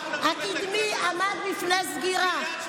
הקדמי בפני סגירה.